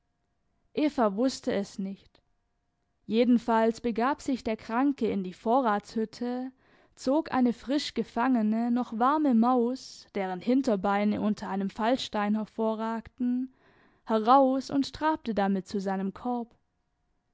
eva wußte es nicht jedenfalls begab sich der kranke in die vorratshütte zog eine frischgefangene noch warme maus deren hinterbeine unter einem fallstein hervorragten heraus und trabte damit zu seinem korb